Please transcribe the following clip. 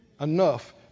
enough